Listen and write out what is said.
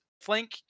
flank